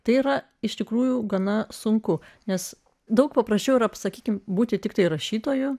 tai yra iš tikrųjų gana sunku nes daug paprasčiau ir apsakyti būti tiktai rašytoju